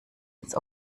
ins